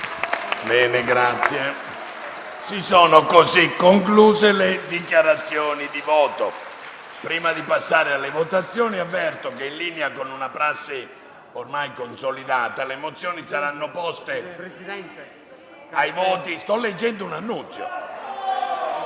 finestra"). Si sono così concluse le dichiarazioni di voto. Prima di passare alle votazioni avverto che, in linea con una prassi ormai consolidata, le mozioni saranno poste ai voti... *(Commenti)* Sto leggendo un annuncio.